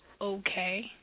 okay